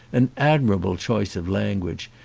an admirable choice of language,